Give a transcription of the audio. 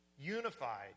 unified